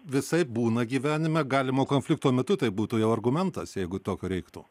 visaip būna gyvenime galimo konflikto metu tai būtų jau argumentas jeigu tokio reiktų